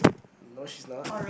no she's not